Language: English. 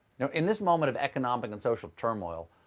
you know in this moment of economic and social turmoil,